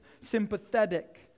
sympathetic